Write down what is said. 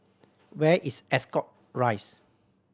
where is Ascot Rise